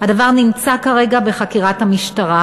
הדבר נמצא כרגע בחקירת המשטרה.